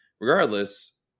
regardless